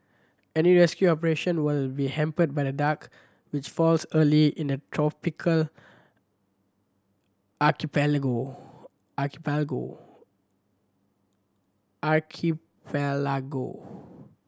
any rescue operation will be hampered by the dark which falls early in the tropical archipelago